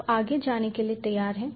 आप आगे जाने के लिए तैयार हैं